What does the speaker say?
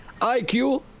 IQ